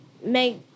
make